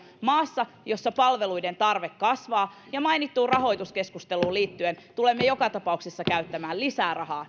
maassa jossa palveluiden tarve kasvaa ja mainittuun rahoituskeskusteluun liittyen tulemme joka tapauksessa käyttämään lisää rahaa